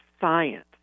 science